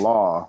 Law